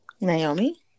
Naomi